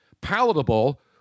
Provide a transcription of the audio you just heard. palatable